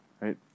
right